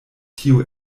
tio